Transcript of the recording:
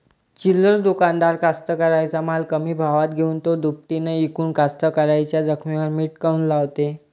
चिल्लर दुकानदार कास्तकाराइच्या माल कमी भावात घेऊन थो दुपटीनं इकून कास्तकाराइच्या जखमेवर मीठ काऊन लावते?